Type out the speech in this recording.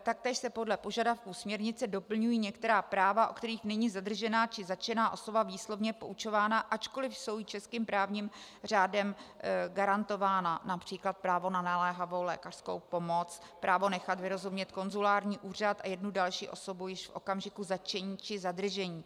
Taktéž se podle požadavků směrnice doplňují některá práva, o kterých není zadržená či zatčená osoba výslovně poučována, ačkoliv jsou i českým právním řádem garantována, například právo na naléhavou lékařskou pomoc, právo nechat vyrozumět konzulární úřad a jednu další osobu již v okamžiku zatčení či zadržení.